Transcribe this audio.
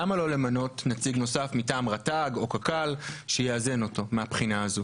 למה לא למנות נציג נוסף מטעם רט"ג או קק"ל שיאזן אותו מהבחינה הזו?